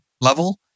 level